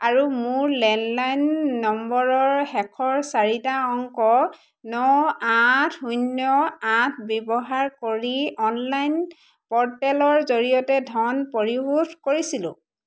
আৰু মোৰ লেণ্ডলাইন নম্বৰৰ শেষৰ চাৰিটা অংক ন আঠ শূন্য আঠ ব্যৱহাৰ কৰি অনলাইন পৰ্টেলৰ জৰিয়তে ধন পৰিশোধ কৰিছিলোঁ